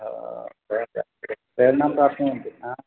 प्रेरणां प्राप्नुवन्ति